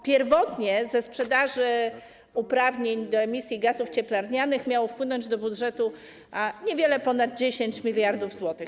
Pierwotnie ze sprzedaży uprawnień do emisji gazów cieplarnianych miało wpłynąć do budżetu niewiele ponad 10 mld zł.